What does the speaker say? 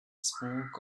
smoke